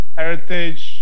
heritage